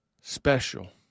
Special